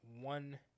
one